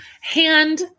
hand